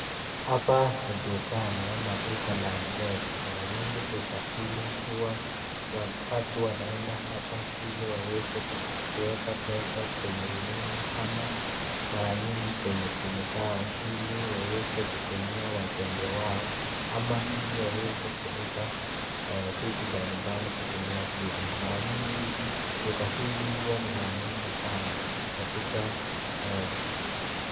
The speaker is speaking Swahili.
Hapa ni duka, ni ama duka la M-Pesa. Mara nyingi duka hili huwa watu wanaenda hapa ili waweze kuweka pesa kwenye rununu ama mara nyingi kwenye simu zao, ili waweze kutumia wapendwa wao ama ili waweze kulipa vitu mbalimbali kutumia simu. Mara nyingi duka hili huwa ni la muhimu sana katika